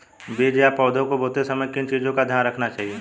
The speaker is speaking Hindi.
बीज या पौधे को बोते समय किन चीज़ों का ध्यान रखना चाहिए?